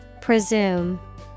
Presume